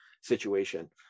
situation